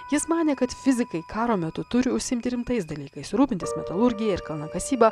jis manė kad fizikai karo metu turi užsiimti rimtais dalykais rūpintis metalurgija ir kalnakasyba